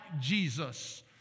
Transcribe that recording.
Jesus